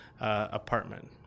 apartment